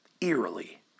Eerily